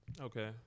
okay